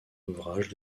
ouvrage